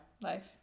Life